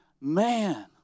Man